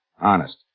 Honest